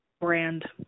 brand